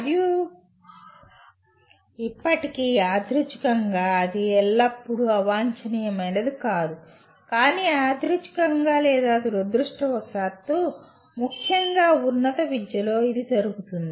మరియు ఇప్పటికీ యాదృచ్ఛికంగా ఇది ఎల్లప్పుడూ అవాంఛనీయమైనది కాదు కానీ యాదృచ్ఛికంగా లేదా దురదృష్టవశాత్తు ముఖ్యంగా ఉన్నత విద్యలో ఇది జరుగుతుంది